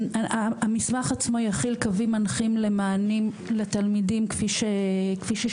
המסמך עצמו יכיל קווים מנחים למענים לתלמידים כפי ששמענו